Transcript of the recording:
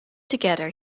together